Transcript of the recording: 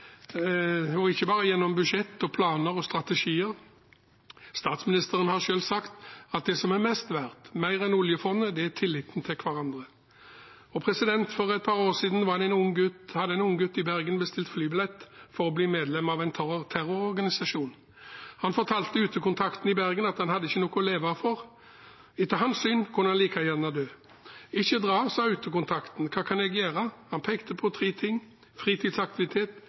og ikke bare gjennom budsjett, planer og strategier. Statsministeren har selv sagt at det som er mest verdt, mer enn oljefondet, er tilliten til hverandre. For et par år siden hadde en ung gutt i Bergen bestilt flybillett for å bli medlem av en terrororganisasjon. Han fortalte utekontakten i Bergen at han ikke hadde noe å leve for. Etter hans syn kunne han like gjerne dø. Ikke dra, sa utekontakten, hva kan jeg gjøre? Han pekte på tre ting: fritidsaktivitet,